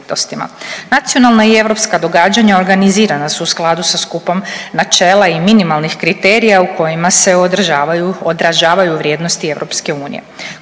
Nacionalna i europska događanja organizirana su u skladu sa skupom načela i minimalnih kriterija u kojima se održavanju, odražavaju vrijednosti EU.